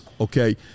Okay